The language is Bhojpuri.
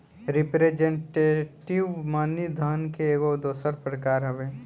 रिप्रेजेंटेटिव मनी धन के एगो दोसर प्रकार हवे